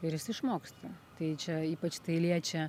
ir jis išmoksta tai čia ypač tai liečia